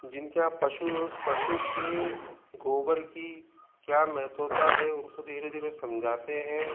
जिनके आप पशुओस पशु के गोबर की क्या महत्वता है उनको धीरे धीरे समझाते हैं